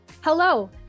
Hello